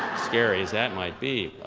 scary as that might be.